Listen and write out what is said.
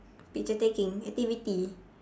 picture taking activity